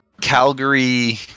Calgary